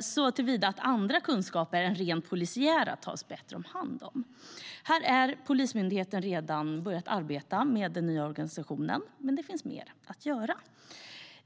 såtillvida att andra kunskaper än rent polisiära tas bättre till vara. Här har polismyndigheten redan börjat arbeta med den nya organisationen, men det finns mer att göra.